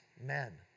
men